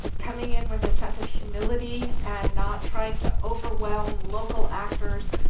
coming in with a sense of humility and not trying to overwhelm local actors,